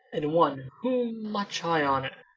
and one who much i honour.